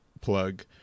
plug